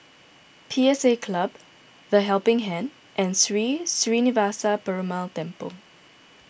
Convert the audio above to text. P S A Club the Helping Hand and Sri Srinivasa Perumal Temple